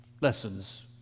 lessons